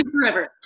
forever